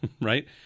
Right